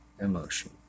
emotion